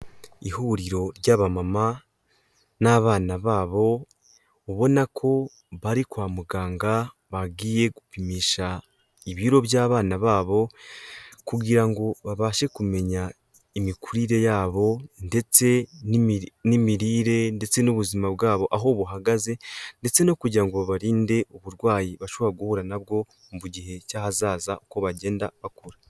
Ihuriro ry'abama n'abana babo ubona ko bari kwa muganga bagiye gupimisha ibiro by'abana babo kugira babashe kumenya imikurire yabo ndetse n'imirire ndetse n'ubuzima bwabo aho buhagaze ndetse no kugira ngo barinde uburwayi bashobora guhura nabwo mu gihe cy'ahazaza uko bagenda bakura.